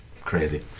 Crazy